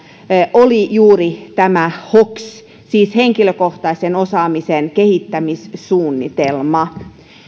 oli juuri tämä hoks siis henkilökohtaisen osaamisen kehittämissuunnitelma